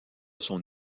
son